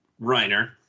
Reiner